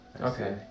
Okay